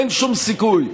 אין שום סיכוי.